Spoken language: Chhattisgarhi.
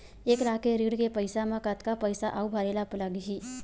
एक लाख के ऋण के पईसा म कतका पईसा आऊ भरे ला लगही?